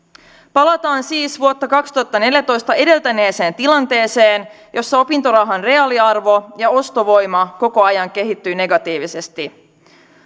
palataan siis vuotta kaksituhattaneljätoista edeltäneeseen tilanteeseen jossa opintorahan reaaliarvo ja ostovoima koko ajan kehittyvät negatiivisesti arvioidaan että